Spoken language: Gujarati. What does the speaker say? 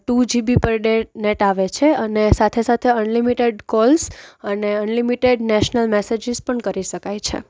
two GB per day net આવે છે અને સાથે સાથે અનલિમિટેડ કોલ્સ અને અનલિમિટેડ નેશનલ મેસેજીસ પણ કરી શકાય છે